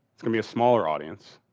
it's gonna be a smaller audience,